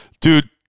dude